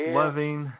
loving